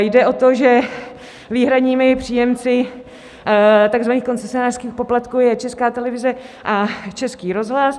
Jde o to, že výhradními příjemci takzvaných koncesionářských poplatků jsou Česká televize a Český rozhlas.